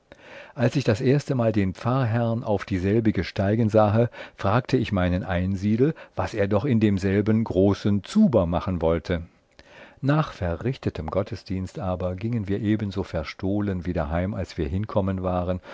als ich das erstemal den pfarrherrn auf dieselbige steigen sahe fragte ich meinen einsiedel was er doch in demselben großen zuber machen wollte nach verrichtetem gottesdienst aber giengen wir ebenso verstohlen wieder heim als wir hinkommen waren